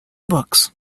books